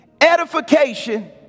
edification